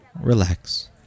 relax